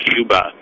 Cuba